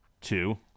Two